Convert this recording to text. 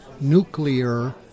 nuclear